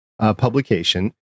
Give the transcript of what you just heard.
publication